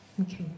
Okay